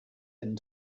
end